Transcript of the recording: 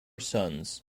sons